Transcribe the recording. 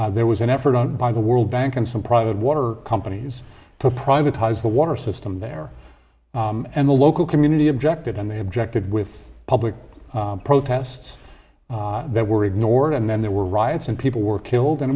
bolivia there was an effort by the world bank and some private water companies to privatized the water system there and the local community objected and they objected with public protests that were ignored and then there were riots and people were killed and